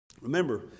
Remember